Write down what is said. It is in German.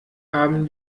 haben